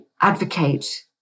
advocate